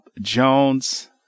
Jones